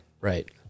right